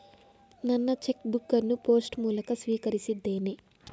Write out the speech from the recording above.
ನನ್ನ cheque book ಅನ್ನು post ಮೂಲಕ ಸ್ವೀಕರಿಸಿದ್ದೇನೆ